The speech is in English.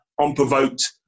unprovoked